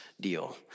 deal